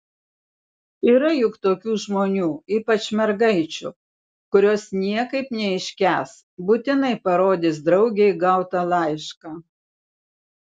yra juk tokių žmonių ypač mergaičių kurios niekaip neiškęs būtinai parodys draugei gautą laišką